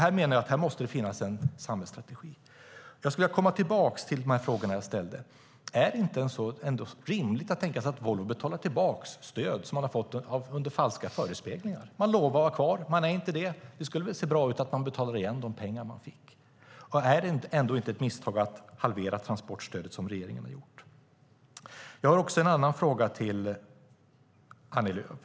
Här menar jag att det måste finnas en samhällsstrategi. Jag skulle vilja komma tillbaka till de frågor jag ställde. Är det ändå inte rimligt att Volvo betalar tillbaka det stöd som man har fått under falska förespeglingar? Man lovar att vara kvar, men är inte det. Det skulle se bra ut om man betalade igen de pengar man fick. Är det ändå inte ett misstag att halvera transportstödet, som regeringen har gjort? Jag har en annan fråga till Annie Lööf.